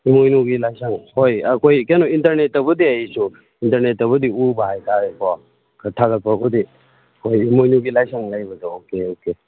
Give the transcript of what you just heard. ꯏꯃꯣꯏꯅꯨꯒꯤ ꯂꯥꯏꯁꯪ ꯍꯣꯏ ꯑꯩꯈꯣꯏ ꯀꯩꯅꯣ ꯏꯟꯇꯔꯅꯦꯠꯇꯕꯨꯗꯤ ꯑꯩꯁꯨ ꯏꯟꯇꯔꯅꯦꯠꯇꯕꯨꯗꯤ ꯎꯕ ꯍꯥꯏꯇꯔꯦꯀꯣ ꯈꯔ ꯊꯥꯒꯠꯄꯕꯨꯗꯤ ꯑꯩꯈꯣꯏ ꯏꯃꯣꯏꯅꯨꯒꯤ ꯂꯥꯏꯁꯪ ꯂꯩꯕꯗꯣ ꯑꯣꯀꯦ ꯑꯣꯀꯦ